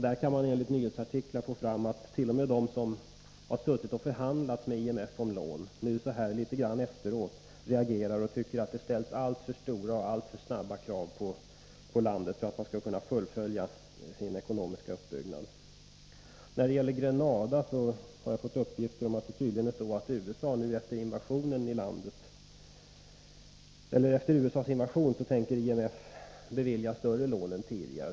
Där kan man enligt nyhetsartiklar få fram att t.o.m. de som har suttit och förhandlat med IMF om lån så här efteråt reagerat och tycker att det ställs alltför stora krav på snabba ändringar i landet för att man skall kunna fullfölja sin ekonomiska uppbyggnad. När det gäller Grenada har jag fått uppgifter om att IMF efter USA:s invasion tänker bevilja större lån än tidigare.